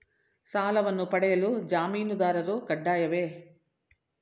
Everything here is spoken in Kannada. ಸಾಲವನ್ನು ಪಡೆಯಲು ಜಾಮೀನುದಾರರು ಕಡ್ಡಾಯವೇ?